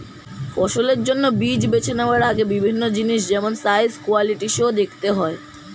ফসলের জন্য বীজ বেছে নেওয়ার আগে বিভিন্ন জিনিস যেমন সাইজ, কোয়ালিটি সো দেখতে হয়